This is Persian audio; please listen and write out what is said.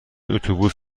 اتوبوس